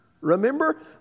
Remember